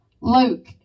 Luke